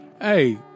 Hey